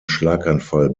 schlaganfall